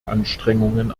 anstrengungen